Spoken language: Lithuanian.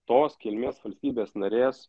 tos kilmės valstybės narės